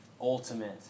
ultimate